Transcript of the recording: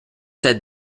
said